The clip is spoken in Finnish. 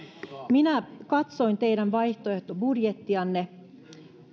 minä katsoin teidän vaihtoehtobudjettianne